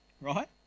Right